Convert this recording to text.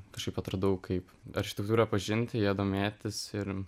kažkaip atradau kaip architektūrą pažinti ja domėtis ir